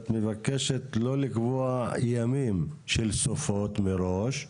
את מבקשת לא לקבוע ימים של סופות מראש.